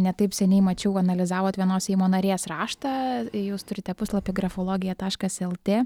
ne taip seniai mačiau analizavot vienos seimo narės raštą jūs turite puslapį grafologija taškas lt